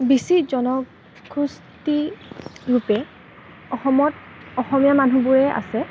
বেছি জনগোষ্ঠীৰূপে অসমত অসমীয়া মানুহবোৰেই আছে